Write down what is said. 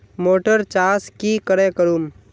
Motor चास की करे करूम?